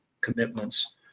commitments